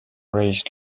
raised